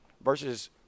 versus